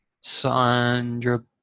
Sandra